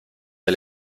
del